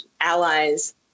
allies